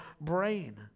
brain